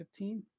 15